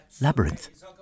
Labyrinth